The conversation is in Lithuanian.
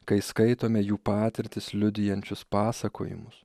kai skaitome jų patirtis liudijančius pasakojimus